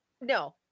no